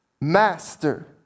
master